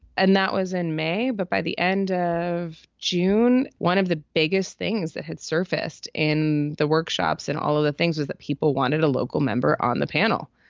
and that was in may. but by the end of june, one of the biggest things that had surfaced in the workshops and all of the things that people wanted a local member on the panel.